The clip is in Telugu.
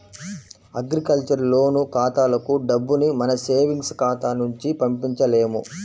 అగ్రికల్చర్ లోను ఖాతాలకు డబ్బుని మన సేవింగ్స్ ఖాతాల నుంచి పంపించలేము